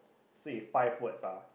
so is five words lah